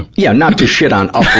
yeah, not to shit on upland,